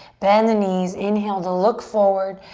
bend the knees, inhale to look forward.